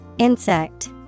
Insect